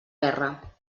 guerra